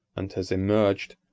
and has emerged,